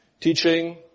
teaching